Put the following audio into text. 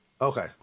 Okay